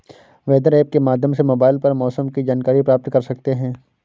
weather app के माध्यम से मोबाइल पर मौसम की जानकारी प्राप्त कर सकते हैं